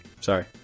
Sorry